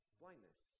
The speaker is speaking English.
blindness